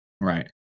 Right